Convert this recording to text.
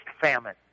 famine